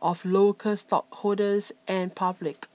of local stockholders and public